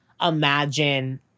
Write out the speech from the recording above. imagine